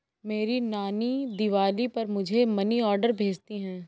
मेरी नानी दिवाली पर मुझे मनी ऑर्डर भेजती है